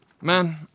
Man